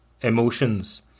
emotions